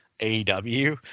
aw